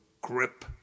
grip